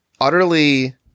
utterly